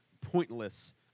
pointless